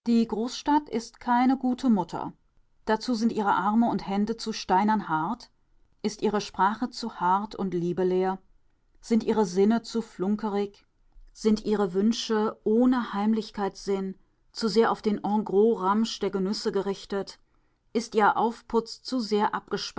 die großstadt ist keine gute mutter dazu sind ihre arme und hände zu steinern hart ist ihre sprache zu laut und liebeleer sind ihre sinne zu flunkerig sind ihre wünsche ohne heimlichkeitssinn zu sehr auf den engrosramsch der genüsse gerichtet ist ihr aufputz zu sehr